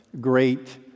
great